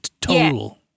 total